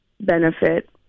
benefit